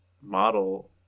model